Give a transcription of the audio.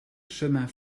chemin